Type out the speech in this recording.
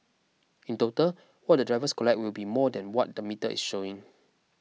in total what the drivers collect will be more than what the metre is showing